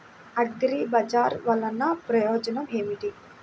అగ్రిబజార్ వల్లన ప్రయోజనం ఏమిటీ?